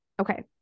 Okay